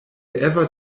ever